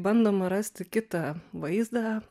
bandoma rasti kitą vaizdą